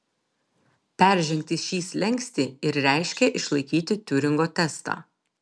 peržengti šį slenkstį ir reiškė išlaikyti tiuringo testą